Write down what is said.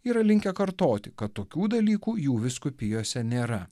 yra linkę kartoti kad tokių dalykų jų vyskupijose nėra